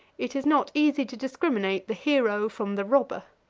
it is not easy to discriminate the hero from the robber.